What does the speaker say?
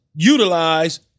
Utilize